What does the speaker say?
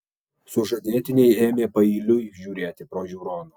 sužadėtiniai ėmė paeiliui žiūrėti pro žiūroną